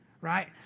right